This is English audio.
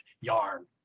yarn